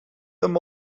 them